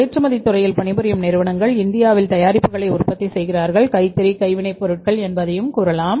ஏற்றுமதி துறையில் பணிபுரியும் நிறுவனங்கள் இந்தியாவில் தயாரிப்புகளை உற்பத்தி செய்கிறவர்கள் கைத்தறி கைவினைப்பொருட்கள் எதையும் கூறலாம்